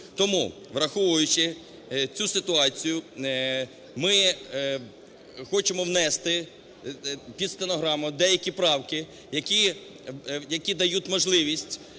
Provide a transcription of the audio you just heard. Тому, враховуючи цю ситуацію, ми хочемо внести під стенограму деякі правки, які дають можливість